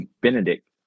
Benedict